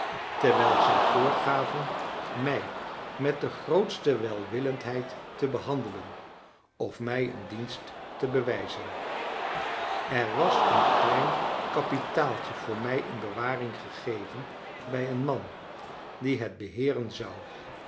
terwijl zij voorgaven mij met de grootste welwillendheid te behandelen of mij een dienst te bewijzen er was een klein kapitaaltje voor mij in bewaring gegeven bij een man die het belieoren zou